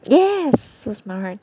yes so smart right